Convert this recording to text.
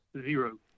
zero